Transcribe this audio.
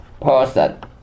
person